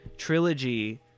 trilogy